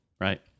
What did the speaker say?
right